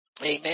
Amen